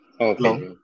Okay